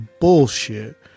bullshit